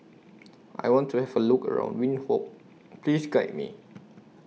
I want to Have A Look around Windhoek Please Guide Me